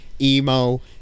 Emo